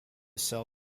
sell